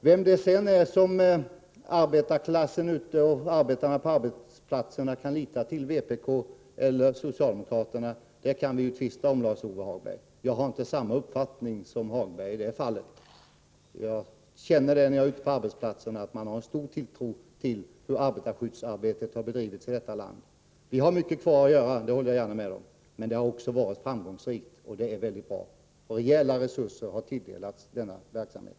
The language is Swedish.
Vem arbetarklassen och arbetarna på arbetsplatserna kan lita till, vpk eller socialdemokraterna, kan vi tvista om. Jag har dock inte samma uppfattning som Lars-Ove Hagberg i det fallet. När jag är ute på arbetsplatserna, känner jag att man har en stor tilltro till hur arbetarskyddsarbetet bedrivs i detta land. Vi har mycket kvar att göra — det håller jag gärna med om — men arbetet har också varit framgångsrikt. Rejäla resurser har tilldelats denna verksamhet.